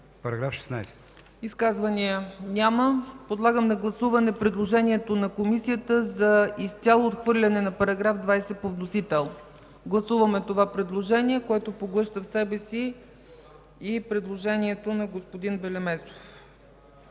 ЦАЧЕВА: Изказвания? Няма. Подлагам на гласуване предложението на Комисията за изцяло отхвърляне на § 20 по вносител. Гласуваме това предложение, което поглъща в себе си и предложението на господин Белемезов,